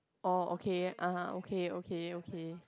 oh okay ah okay okay okay